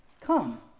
Come